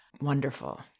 wonderful